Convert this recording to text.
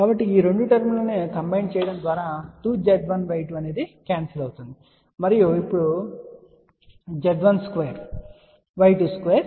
కాబట్టి ఈ రెండు టర్మ్ లను కంబైన్డ్ చేయడం ద్వారా 2 Z1Y2 క్యాన్సిల్ అవుతుందని మీరు చెప్పవచ్చు మరియు ఇది ఇప్పుడు Z12 Y22 అవుతుంది